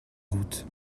route